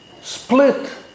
split